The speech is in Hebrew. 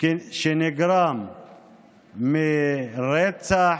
שנגרם מרצח,